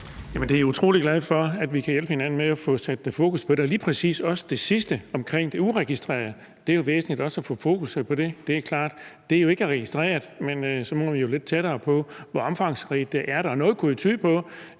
Jeg er utrolig glad for, at vi kan hjælpe hinanden med at få sat fokus på det og lige præcis også det sidste omkring det uregistrerede. Det er jo også væsentligt at få fokus på det; det er klart. Det er jo ikke registreret, men så må vi komme lidt tættere på, hvor omfangsrigt det er,